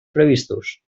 previstos